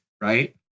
right